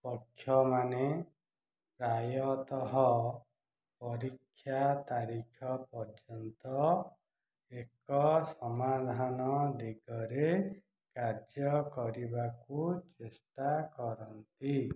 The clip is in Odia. ପକ୍ଷମାନେ ପ୍ରାୟତଃ ପରୀକ୍ଷା ତାରିଖ ପର୍ଯ୍ୟନ୍ତ ଏକ ସମାଧାନ ଦିଗରେ କାର୍ଯ୍ୟ କରିବାକୁ ଚେଷ୍ଟା କରନ୍ତି